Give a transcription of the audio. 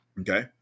Okay